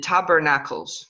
Tabernacles